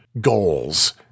goals